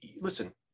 listen